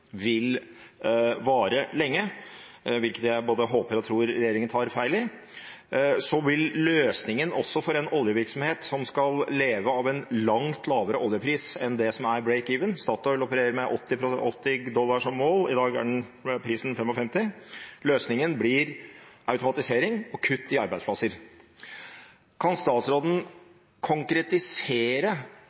vil vare lenge, hvilket jeg både håper og tror regjeringen tar feil i, så vil løsningen også for en oljevirksomhet som skal leve av en langt lavere oljepris enn det som er «break even» – Statoil opererer med 80 dollar som mål, i dag er prisen 55 – bli automatisering og kutt i arbeidsplasser. Kan statsråden konkretisere